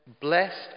Blessed